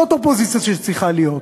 זאת האופוזיציה שצריכה להיות.